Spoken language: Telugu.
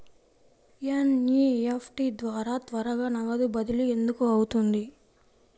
ఎన్.ఈ.ఎఫ్.టీ ద్వారా త్వరగా నగదు బదిలీ ఎందుకు అవుతుంది?